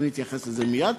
ואני אתייחס לזה מייד,